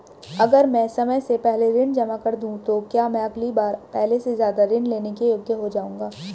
अगर मैं समय से पहले ऋण जमा कर दूं तो क्या मैं अगली बार पहले से ज़्यादा ऋण लेने के योग्य हो जाऊँगा?